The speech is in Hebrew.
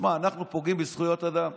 שמע, אנחנו פוגעים בזכויות אדם.